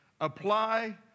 apply